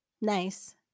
Nice